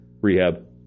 rehab